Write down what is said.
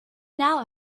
now